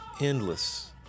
endless